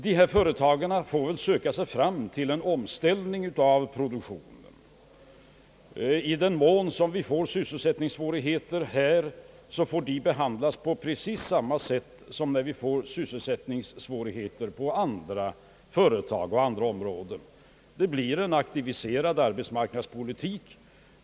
De företag som här kommer i kläm får väl söka sig fram till en omställning av produktionen. I den mån vi får sysselsättningssvårigheter här, får de behandlas på precis samma sätt som när vi får sysselsättningssvårigheter vid andra företag och på andra områden. Det skall ju nu också bli en aktiviserad arbetsmarknadspolitik.